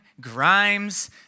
Grimes